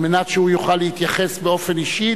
על מנת שהוא יוכל להתייחס באופן אישי